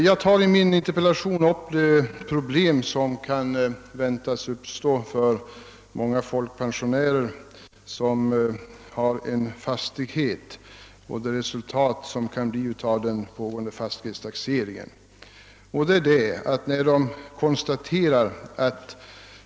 Jag tar i min interpellation upp de problem som på grund av resultatet av den pågående fastighetstaxeringen kan väntas uppstå för många folkpensionärer som äger en fastighet.